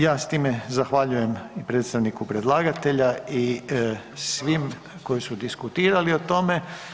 Ovaj ja s time zahvaljujem i predstavniku predlagatelja i svim koji su diskutirali o tome.